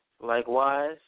Likewise